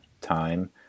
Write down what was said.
time